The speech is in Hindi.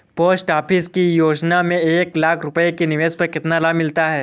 पोस्ट ऑफिस की योजना में एक लाख रूपए के निवेश पर कितना लाभ मिलता है?